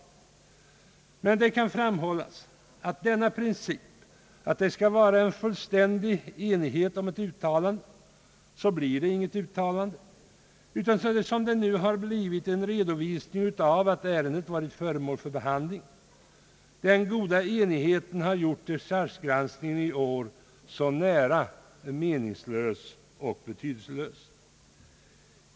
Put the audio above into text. Men det kan framhållas att med denna princip, att det skall vara fullständig enighet om ett utlåtande, så blir det inte något utlåtande utan, som det nu har blivit, en redovisning av att ärendet varit föremål för behandling. Den goda enigheten har gjort dechargegranskningen i år nära nog meningslös och betydelselös.